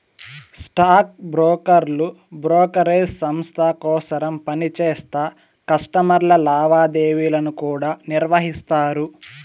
stock బ్రోకర్లు brokerage సంస్త కోసరం పనిచేస్తా కస్టమర్ల లావాదేవీలను కూడా నిర్వహిస్తారు